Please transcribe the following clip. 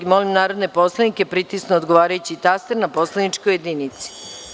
Molim narodne poslanike da pritisnu odgovarajući taster na poslaničkoj jedinici.